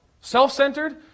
self-centered